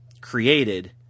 created